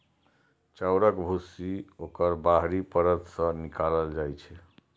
चाउरक भूसी ओकर बाहरी परत सं निकालल जाइ छै